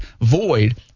void